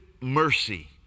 mercy